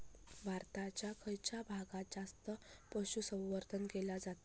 भारताच्या खयच्या भागात जास्त पशुसंवर्धन केला जाता?